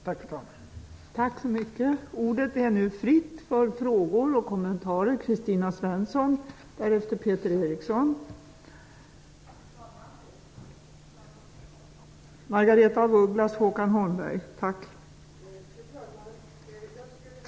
Tack, fru talman!